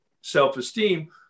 self-esteem